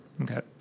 okay